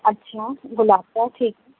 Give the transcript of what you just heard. اچھا گلاب کا ٹھیک